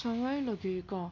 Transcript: سمے لگے گا